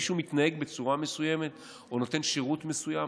מישהו מתנהג בצורה מסוימת או נותן שירות מסוים,